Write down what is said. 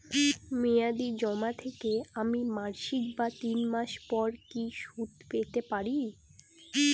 মেয়াদী জমা থেকে আমি মাসিক বা তিন মাস পর কি সুদ পেতে পারি?